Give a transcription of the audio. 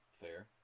Fair